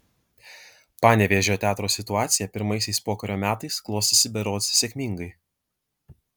panevėžio teatro situacija pirmaisiais pokario metais klostėsi berods sėkmingai